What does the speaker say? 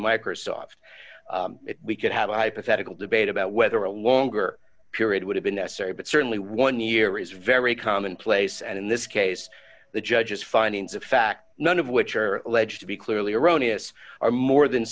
to microsoft if we could have a hypothetical debate about whether a longer period would have been necessary but certainly one year is very commonplace and in this case the judge's findings of fact none of which are alleged to be clearly erroneous are more than